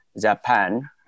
Japan